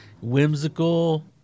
whimsical